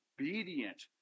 obedient